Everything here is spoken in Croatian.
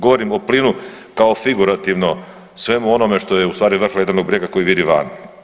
Govorim o plinu kao figurativno svemu onome što je ustvari vrh ledenog brijega koji viri van.